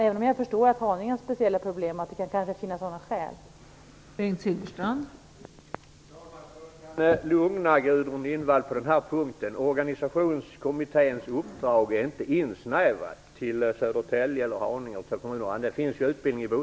Jag förstår i och för sig att Haninge har speciella problem och att det kan finnas skäl för att göra så.